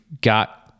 got